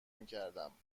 میکردم